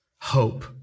hope